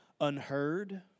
unheard